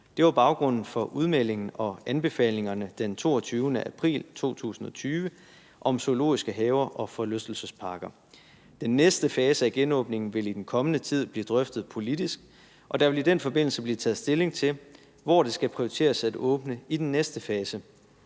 Det var baggrunden for udmeldingen og anbefalingerne den 22. april 2020 om zoologiske haver og forlystelsesparker. Den næste fase af genåbningen vil i den kommende tid blive drøftet politisk, og der vil i den forbindelse blive taget stilling til, hvor det skal prioriteres at åbne i den næste fase,